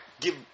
give